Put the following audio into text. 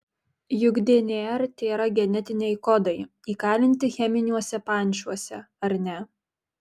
juk dnr tėra genetiniai kodai įkalinti cheminiuose pančiuose ar ne